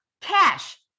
cash